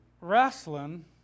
wrestling